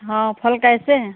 हाँ फल कैसे है